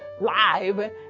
live